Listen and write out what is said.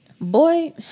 Boy